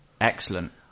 excellent